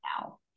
now